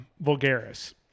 Vulgaris